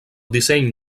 disseny